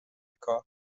کار